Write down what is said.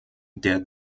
der